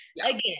Again